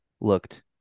looked